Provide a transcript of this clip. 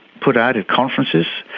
put out at conferences,